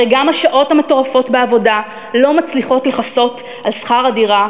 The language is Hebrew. הרי גם השעות המטורפות בעבודה לא מצליחות לכסות את שכר הדירה,